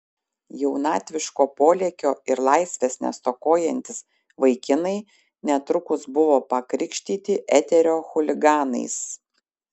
jaunatviško polėkio ir laisvės nestokojantys vaikinai netrukus buvo pakrikštyti eterio chuliganais